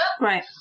Right